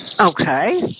Okay